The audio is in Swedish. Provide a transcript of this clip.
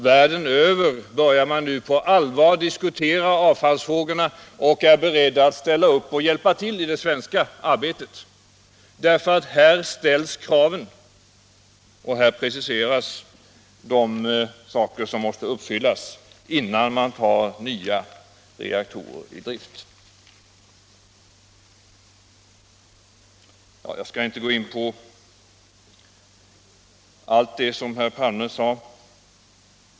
Världen över börjar man nu på allvar diskutera avfallsfrågorna, och man är beredd att ställa upp och hjälpa till i det svenska arbetet. Här ställs nämligen kraven och preciseras vad som måste uppfyllas innan man tar nya reaktorer i drift. Jag skall inte gå in på allt det som herr Palme sade.